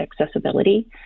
accessibility